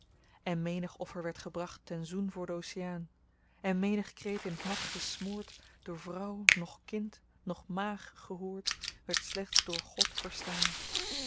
en menig offer werd gebracht ten zoen voor d'oceaan en menig kreet in t nat gesmoord door vrouw noch kind noch maag gehoord werd slechts door god verstaan